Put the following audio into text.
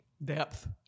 Depth